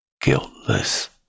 guiltless